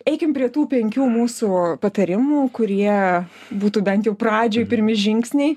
eikim prie tų penkių mūsų patarimų kurie būtų bent jau pradžiai pirmi žingsniai